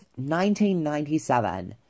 1997